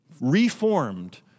reformed